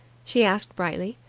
she asked brightly.